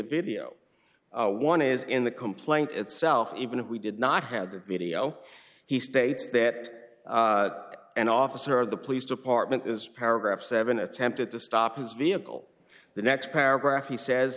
video one is in the complaint itself even if we did not have that video he states that an officer of the police department is paragraph seven attempted to stop his vehicle the next paragraph he says